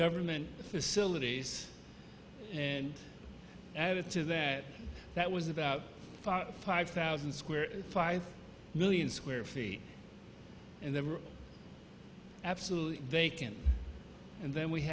government facilities and added to that that was about five thousand square five million square feet and they were absolutely vacant and then we